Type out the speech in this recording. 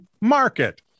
market